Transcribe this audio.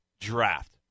draft